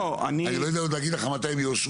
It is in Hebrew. אני עוד לא יודע להגיד לך מתי הם יאושרו.